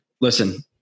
listen